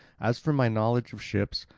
as for my knowledge of ships.